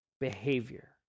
behavior